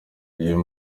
uyu